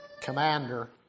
commander